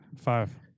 five